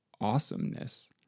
awesomeness